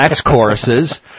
choruses